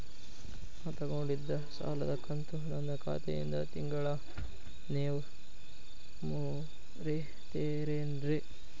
ನಾ ತೊಗೊಂಡಿದ್ದ ಸಾಲದ ಕಂತು ನನ್ನ ಖಾತೆಯಿಂದ ತಿಂಗಳಾ ನೇವ್ ಮುರೇತೇರೇನ್ರೇ?